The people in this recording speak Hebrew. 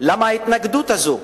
למה ההתנגדות הזאת?